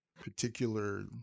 particular